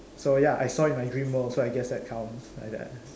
so ya I saw it my dream world so I guessed that counts like that